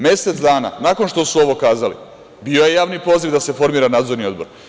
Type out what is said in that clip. Mesec dana nakon što su ovo kazali bio je javni poziv da se formira Nadzorni odbor.